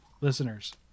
Listeners